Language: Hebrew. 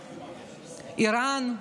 איראן,